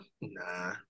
nah